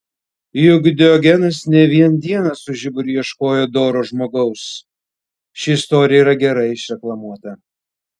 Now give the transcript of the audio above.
juk diogenas ne vien dieną su žiburiu ieškojo doro žmogaus ši istorija yra gerai išreklamuota